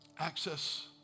Access